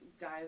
guys